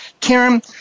Karen